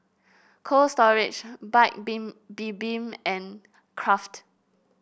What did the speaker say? Cold Storage Paik Been Bibim and Kraft